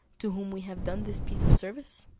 to whom we have done this piece of service?